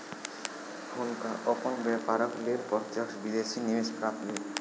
हुनका अपन व्यापारक लेल प्रत्यक्ष विदेशी निवेश प्राप्त भेल